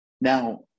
Now